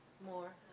More